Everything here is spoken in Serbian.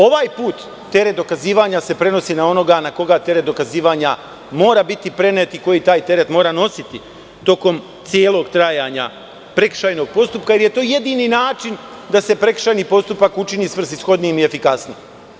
Ovaj put teret dokazivanja se prenosi na onoga na koga teret dokazivanja mora biti prenet i koji taj teret mora nositi tokom celog trajanja prekršajnog postupka, jer je to jedini način da se prekršajni postupak učini svrsishodnijim i efikasnijim.